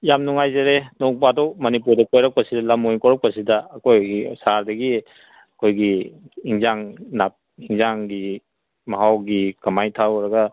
ꯌꯥꯝ ꯅꯨꯡꯉꯥꯏꯖꯔꯦ ꯅꯣꯡ ꯐꯥꯗꯣꯛ ꯃꯅꯤꯄꯨꯔꯗ ꯀꯣꯏꯔꯛꯄꯁꯤꯗ ꯂꯝ ꯑꯣꯏꯅ ꯀꯣꯏꯔꯛꯄꯁꯤꯗ ꯑꯩꯈꯣꯏꯒꯤ ꯁꯥꯔꯗꯒꯤ ꯑꯩꯈꯣꯏꯒꯤ ꯏꯟꯖꯥꯡ ꯏꯟꯖꯥꯡꯒꯤ ꯃꯍꯥꯎꯒꯤ ꯀꯃꯥꯏ ꯇꯧꯔꯒ